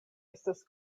estas